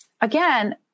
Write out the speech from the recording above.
again